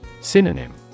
Synonym